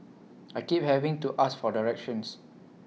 I keep having to ask for directions